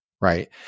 Right